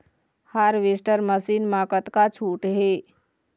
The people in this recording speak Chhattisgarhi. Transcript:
हारवेस्टर मशीन मा कतका छूट हे?